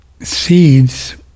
seeds